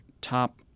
top